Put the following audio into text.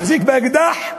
מחזיק באקדח,